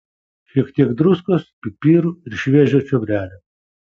šiek tiek druskos pipirų ir šviežio čiobrelio